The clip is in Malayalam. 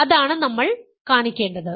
അതാണ് നമ്മൾ കാണിക്കേണ്ടത്